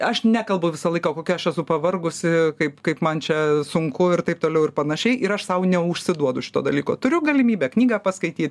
aš nekalbu visą laiką kokia aš esu pavargusi kaip kaip man čia sunku ir taip toliau ir panašiai ir aš sau neišsiduodu šito dalyko turiu galimybę knygą paskaityt